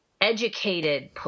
educated